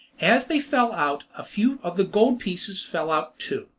as they fell out a few of the gold pieces fell out too.